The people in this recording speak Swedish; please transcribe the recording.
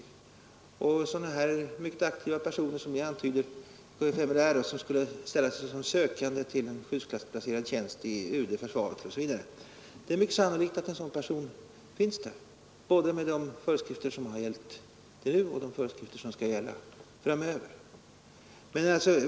Det är mycket sannolikt att sådana inom kfml mycket aktiva personer, som ni tog som exempel, som skulle anmäla sig som sökande till en skyddsklassplacerad tjänst i UD, försvaret, osv., finns i registret, både med de föreskrifter som har gällt till nu och med de föreskrifter som skall gälla framöver.